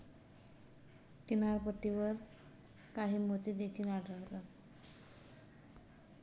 किनारपट्टीवर काही मोती देखील आढळतात